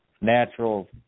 natural